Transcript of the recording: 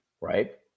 right